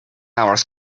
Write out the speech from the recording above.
hours